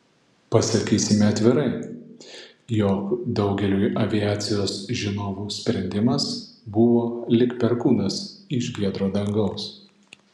pasakysime atvirai jog daugeliui aviacijos žinovų sprendimas buvo lyg perkūnas iš giedro dangaus